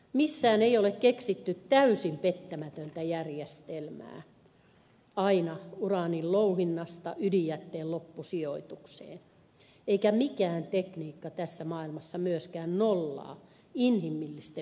missään ei ole keksitty täysin pettämätöntä järjestelmää alkaen aina uraanin louhinnasta ydinjätteen loppusijoitukseen eikä mikään tekniikka tässä maailmassa myöskään nollaa inhimillisten virheiden mahdollisuutta